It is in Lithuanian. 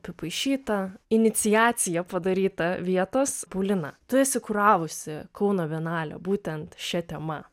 pripaišyta iniciacija padaryta vietos paulina tu esi kuravusi kauno bienalę būtent šia tema